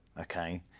okay